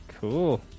Cool